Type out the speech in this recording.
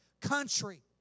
country